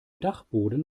dachboden